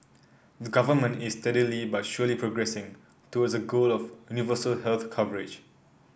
the government is steadily but surely progressing towards a goal of universal health coverage